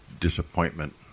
disappointment